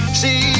see